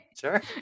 sure